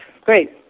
great